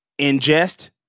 ingest